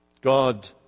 God